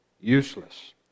useless